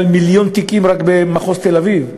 מעל מיליון תיקים רק במחוז תל-אביב.